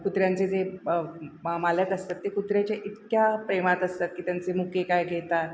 कुत्र्यांचे जे मालक असतात ते कुत्र्याच्या इतक्या प्रेमात असतात की त्यांचे मुके काय घेतात